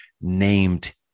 named